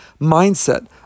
mindset